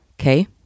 Okay